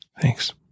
Thanks